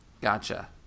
Gotcha